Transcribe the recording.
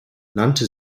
nannte